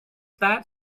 that